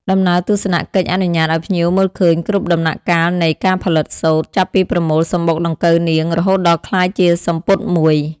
ដំណើរទស្សនកិច្ចអនុញ្ញាតឱ្យភ្ញៀវមើលឃើញគ្រប់ដំណាក់កាលនៃ ការផលិតសូត្រ ចាប់ពីប្រមូលសំបុកដង្កូវនាងរហូតដល់ក្លាយជាសំពត់មួយ។